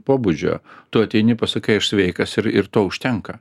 pobūdžio tu ateini pasakai aš sveikas ir ir to užtenka